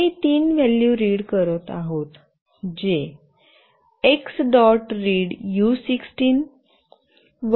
आम्ही तीन value read करत आहोत जे X